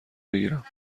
بگیرم